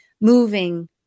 moving